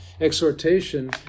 exhortation